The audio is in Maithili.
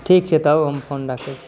ठीक छै तब हम फोन राखै छी